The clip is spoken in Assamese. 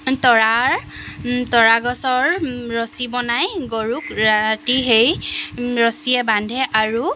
তৰাৰ তৰা গছৰ ৰছী বনাই গৰুক ৰাতি সেই ৰছীয়ে বান্ধে আৰু